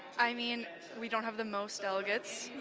i mean we don't have the most delegates,